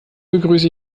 begrüße